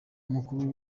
mukuru